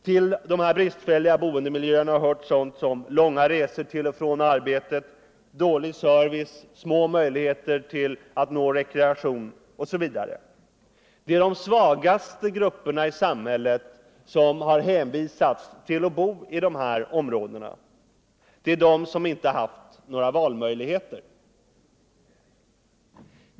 Till de här bristfälliga boendemiljöerna hör sådant som långa resor till och från arbetet, dålig service och små möjligheter att få rekreation. Det är de svagaste grupperna i samhället som har hänvisats till att bo i de här områdena, det är de som inte haft några valmöjligheter.